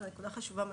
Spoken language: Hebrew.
זאת נקודה חשובה מאוד.